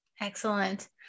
excellent